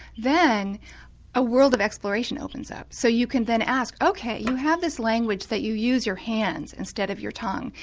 then a world of exploration opens up. so you can then ask ok you have this language that you use your hands instead of your tongue,